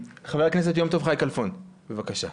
חבר הכנסת יום טוב חי כלפון, בבקשה.